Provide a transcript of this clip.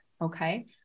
okay